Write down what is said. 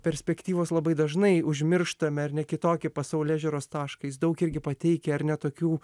perspektyvos labai dažnai užmirštame ar ne kitokį pasaulėžiūros tašką jis daug irgi pateikia ar ne tokių